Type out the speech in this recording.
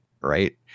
right